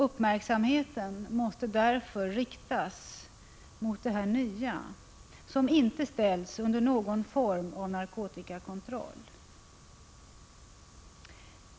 Uppmärksamheten måste därför riktas mot detta nya, som inte ställs under någon form av narkotikakontroll.